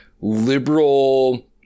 liberal